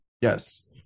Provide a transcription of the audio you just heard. Yes